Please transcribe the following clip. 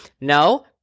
No